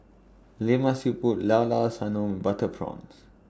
Lemak Siput Llao Llao Sanum Butter Prawns